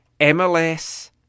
MLS